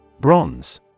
Bronze